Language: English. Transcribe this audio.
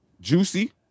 juicy